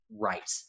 right